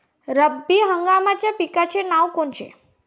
रब्बी हंगामाच्या पिकाचे नावं कोनचे?